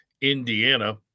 Indiana